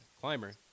climber